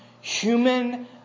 Human